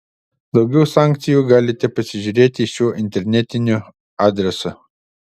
daugiau sankcijų galite pasižiūrėti šiuo internetiniu adresu